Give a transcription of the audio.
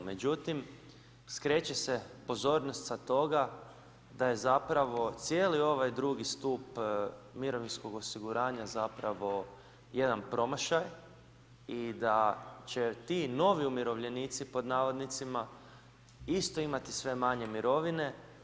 Međutim, skreće se pozornost sa toga da je zapravo cijeli ovaj drugi stup mirovinskog osiguranja zapravo jedan promašaj i da će ti „novi umirovljenici“ isto imati sve manje mirovine.